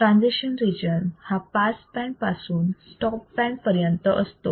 transition region हा pass band पासून stop band पर्यंत असतो